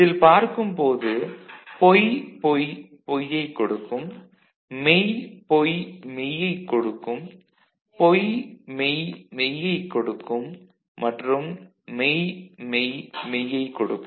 இதில் பார்க்கும் போது பொய் பொய் பொய்யைக் கொடுக்கும் மெய் பொய் மெய்யைக் கொடுக்கும் பொய் மெய் மெய்யைக் கொடுக்கும் மற்றும் மெய் மெய் மெய்யைக் கொடுக்கும்